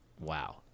Wow